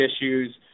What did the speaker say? issues